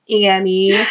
Annie